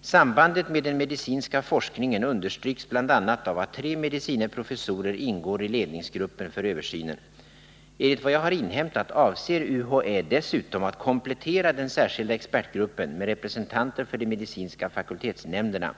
Sambandet med den medicinska forskningen understryks bl.a. av att tre medicine professorer ingår i ledningsgruppen för översynen. Enligt vad jag har inhämtat avser UHÄ dessutom att komplettera den särskilda expertgruppen med representanter för de medicinska fakultetsnämnderna.